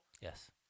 Yes